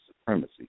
supremacy